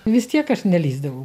vis tiek aš nelįsdavau